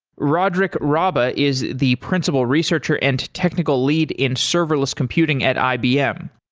rodric rabbah is the principal researcher and technical lead in serverless computing at ibm.